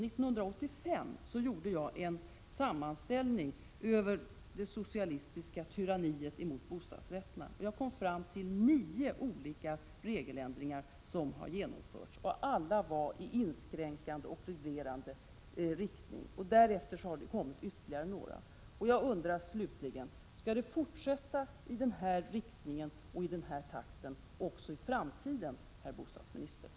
1985 gjorde jag en sammanställning över det socialistiska tyranniet mot bostadsrätterna. Jag kom fram till nio olika regeländringar som genomförts, alla i inskränkande och reglerande riktning. Därefter har det kommit till ytterligare några. Skall det fortsätta i den här riktningen och i den här takten också i framtiden, herr bostadsminister?